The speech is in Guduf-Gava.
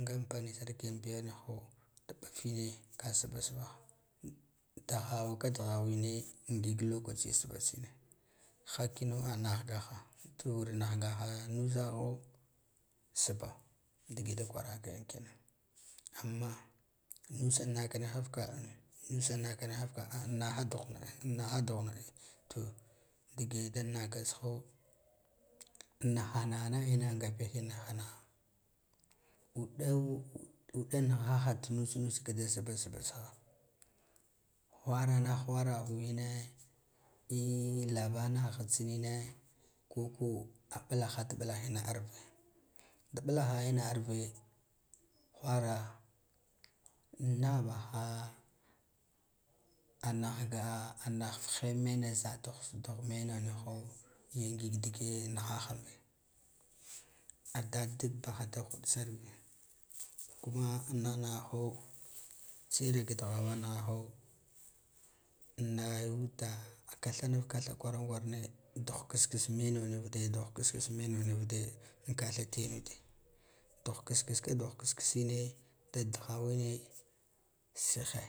Nga ampani sark yan biya niho da ɓtine ka sbasba ha dahawka dahawine ndik lokaci sbacine hakino a nahgahha to nahga nuzaho sba da giɗa kuwar dayon kina amma, nusa naka niha fka a a nusa naka nihafka a a an naha duhna a to dage dan naka tsho an nahha na ha nahine ngaba hin nahha naha uɗaw uɗa nahaha ta nusnus ka da sbasba tsha hwaranah hwarahuwine iyi lava naha tsnine koko a ɓlahad ɓlahine arve da ɓlahahine arve hwara nah bahha a nahga nahhe mena sata huts duhwa mena niho i ngig dige nahaha ambe a dadig bhha da huɗ sar bi, kuma dana ho tsirak dhawa naha ho anayuda, katha naf katha kwaran kware duh kaka meno nivude an katha tiyanude duh kskse ka duh ksksine da dahawine sihe